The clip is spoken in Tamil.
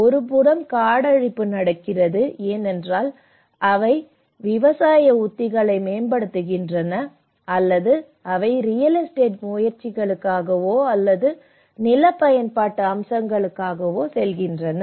ஒருபுறம் காடழிப்பு நடக்கிறது ஏனென்றால் அவை விவசாய உத்திகளை மேம்படுத்துகின்றன அல்லது அவை ரியல் எஸ்டேட் முயற்சிகளுக்காகவோ அல்லது நில பயன்பாட்டு அம்சங்களுக்காகவோ செல்கின்றன